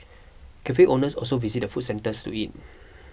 cafe owners also visit the food centre to eat